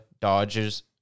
Dodgers